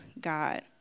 God